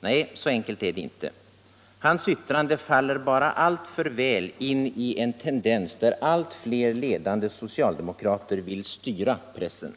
Nej, så enkelt är det inte. Hans yttrande faller bara alltför väl in i en tendens där allt fler ledande socialdemokrater vill styra pressen.